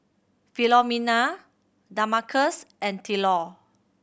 Philomena Damarcus and Tylor